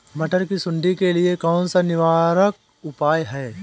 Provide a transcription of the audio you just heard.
मटर की सुंडी के लिए कौन सा निवारक उपाय है?